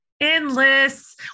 endless